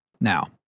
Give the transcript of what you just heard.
Now